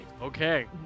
Okay